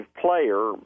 player